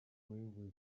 railway